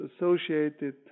associated